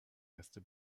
erste